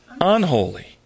unholy